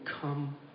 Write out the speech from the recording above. come